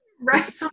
right